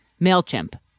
MailChimp